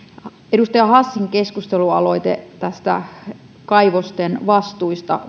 edustaja hassin keskustelualoite kaivosten vastuista